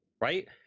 right